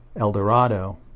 Eldorado